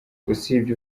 usibye